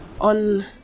On